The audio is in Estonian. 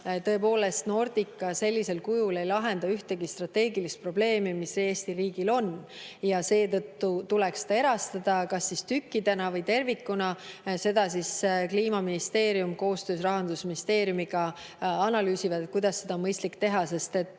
tõepoolest, Nordica sellisel kujul ei lahenda ühtegi strateegilist probleemi, mis Eesti riigil on, ja seetõttu tuleks see erastada kas tükkidena või tervikuna. Kliimaministeerium koostöös Rahandusministeeriumiga analüüsib, kuidas seda on mõistlik teha, sest